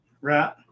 right